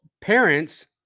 parents